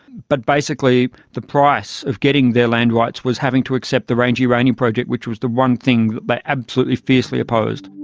but basically the price of getting their land rights was having to accept the ranger uranium project, which was the one thing absolutely fiercely opposed.